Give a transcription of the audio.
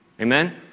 Amen